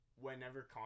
whenever